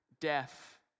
Deaf